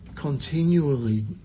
continually